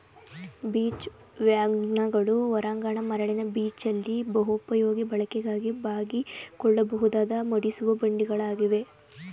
beach ವ್ಯಾಗನ್ಗಳು ಹೊರಾಂಗಣ ಮರಳಿನ ಬೀಚಲ್ಲಿ ಬಹುಪಯೋಗಿ ಬಳಕೆಗಾಗಿ ಬಾಗಿಕೊಳ್ಳಬಹುದಾದ ಮಡಿಸುವ ಬಂಡಿಗಳಾಗಿವೆ